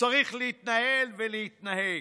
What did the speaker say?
צריך להתנהל ולהתנהג.